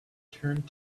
turned